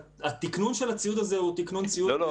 התקנון של הציוד הזה הוא תקנון ציוד --- לא,